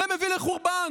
זה מביא לחורבן,